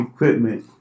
Equipment